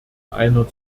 einer